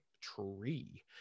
tree